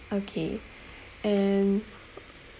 okay and